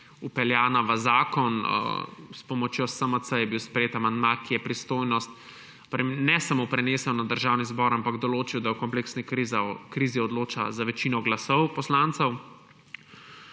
vpeljana v zakon. S pomočjo SMC je bil sprejet amandma, ki je pristojnost ne samo prenesel na Državni zbor, ampak določil, da o kompleksni krizi odloča z večino glasov poslancev,